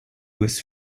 was